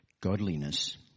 godliness